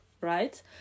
right